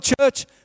church